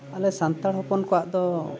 ᱟᱞᱮ ᱥᱟᱱᱛᱟᱲ ᱦᱚᱯᱚᱱ ᱠᱚᱣᱟᱜ ᱫᱚ